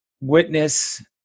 witness